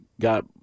got